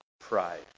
pride